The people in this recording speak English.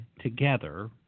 together